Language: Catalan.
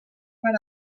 per